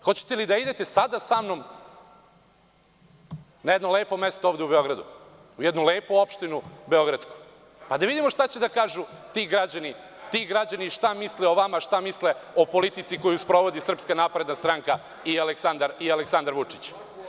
Hoćete li da idete sada samnom na jedno lepo mesto ovde u Beogradu, u jednu lepu opštinu beogradsku pa da vidimo šta će da kažu ti građani šta misle o vama, šta misle o politici koju sprovodi SNS i Aleksandar Vučić.